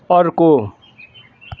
अर्को